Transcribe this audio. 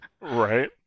right